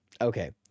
Okay